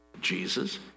Jesus